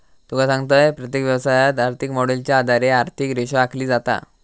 तुका सांगतंय, प्रत्येक व्यवसायात, आर्थिक मॉडेलच्या आधारे आर्थिक रेषा आखली जाता